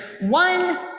one